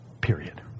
period